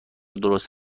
درست